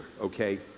okay